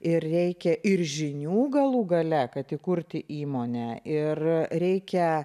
ir reikia ir žinių galų gale kad įkurti įmonę ir reikia